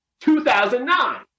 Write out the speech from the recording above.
2009